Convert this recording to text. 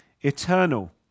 eternal